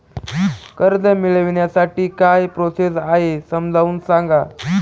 कर्ज मिळविण्यासाठी काय प्रोसेस आहे समजावून सांगा